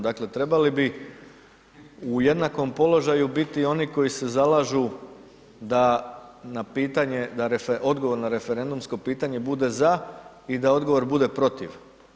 Dakle, trebali bi u jednakom položaju biti i oni koji se zalažu da na pitanje, da odgovor na referendumsko pitanje bude ZA i da odgovor bude PROTIV.